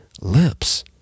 lips